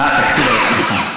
סליחה.